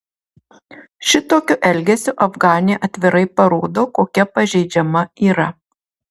šitokiu elgesiu afganė atvirai parodo kokia pažeidžiama yra